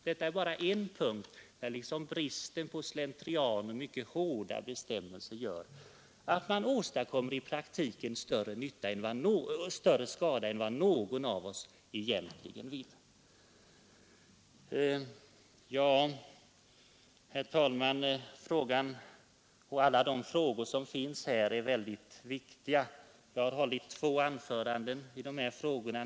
Detta är återigen en punkt, där slentrian och brist på hårda bestämmelser gör att man i praktiken någon av oss egentligen vill. På dessa och många fler sätt kan alltså enkla, nya regler åstadkomma självklara förbättringar för djuren. Underlåtenhet och slentrian får inte åstadkommer större skada än längre hindra oss i dessa strävanden.